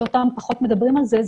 שפחות מדברים על זה,